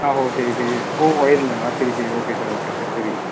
ஆ அப்போ சரி சரி ஓ ஒயருங்களா சரி சரி ஓகே சார் ஓகே சார் சரிங்க சார்